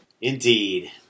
Indeed